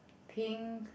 pink